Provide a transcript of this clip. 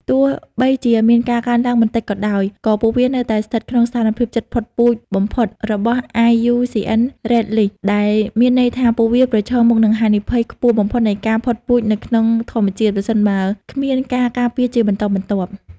ទោះបីជាមានការកើនឡើងបន្តិចក៏ដោយ ក៏ពួកវានៅតែស្ថិតក្នុងស្ថានភាពជិតផុតពូជបំផុត របស់ IUCN Red List ដែលមានន័យថាពួកវាប្រឈមមុខនឹងហានិភ័យខ្ពស់បំផុតនៃការផុតពូជនៅក្នុងធម្មជាតិ ប្រសិនបើគ្មានការការពារជាបន្តបន្ទាប់។